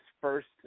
first